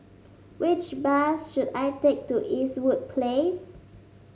which bus should I take to Eastwood Place